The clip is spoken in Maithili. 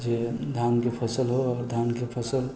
जे धानके फसल हो आओर धानके फसल